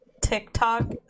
TikTok